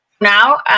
now